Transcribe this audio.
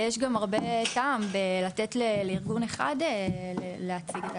ויש גם הרבה טעם בלתת לארגון אחד להציג כאן.